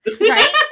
right